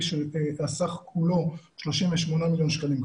שסך הכול כולו עומד על 38 מיליון שקלים.